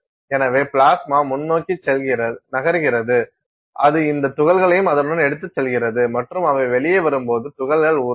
எனவே பிளாஸ்மா முன்னோக்கி நகர்கிறது அது இந்த துகள்களையும் அதனுடன் எடுத்துச் செல்கிறது மற்றும் அவை வெளியே வரும்போது துகள்கள் உருகும்